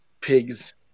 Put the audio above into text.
pigs